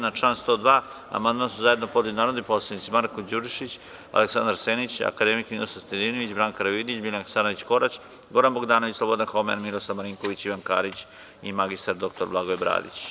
Na član 102. amandman su zajedno podneli narodni poslanici Marko Đurišić, Aleksandar Senić, akademik Ninoslav Stojadinović, Branka Karavidić, Biljana Hasanović Korać, Goran Bogdanović, Slobodan Homen, Miroslav Marinković, Ivan Karić i mr dr Blagoje Bradić.